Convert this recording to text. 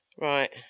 Right